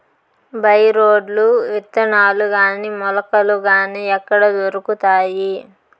By రోడ్లు విత్తనాలు గాని మొలకలు గాని ఎక్కడ దొరుకుతాయి?